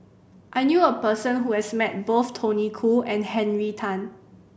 I knew a person who has met both Tony Khoo and Henry Tan